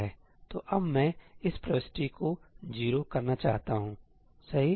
तो अब मैं इस प्रविष्टि को 0 करना चाहता हूंसही